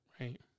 Right